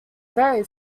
very